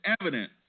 evidence